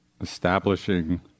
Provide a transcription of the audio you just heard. establishing